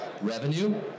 Revenue